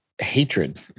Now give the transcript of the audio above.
hatred